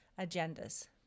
agendas